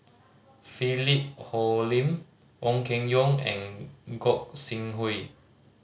Philip Hoalim Ong Keng Yong and Gog Sing Hooi